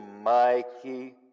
Mikey